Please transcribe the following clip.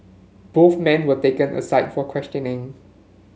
both men were taken aside for questioning